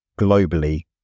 globally